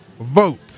vote